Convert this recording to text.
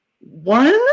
One